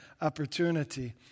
opportunity